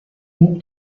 moved